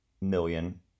million